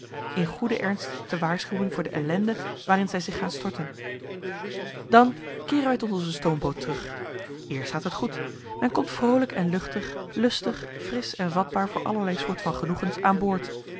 in goeden ernst te waarschuwen voor de ellende waarin zij zich gaan storten dan keeren wij tot onze stoomboot terug eerst gaat het goed men komt vroolijk en luchtig lustig frisch en vatbaar voor allerlei soort van genoegens aan boord